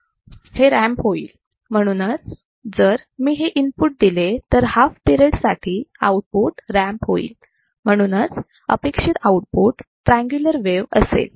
हे रॅम्प होईल म्हणूनच जर मी हे इनपुट दिले तर या हाफ पिरेड साठी आउटपुट रॅम्प होईल म्हणूनच अपेक्षित आउटपुट ट्रायंगुलर वेव असेल